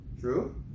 true